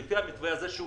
לפי המתווה הזה,